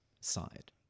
side